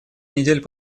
недель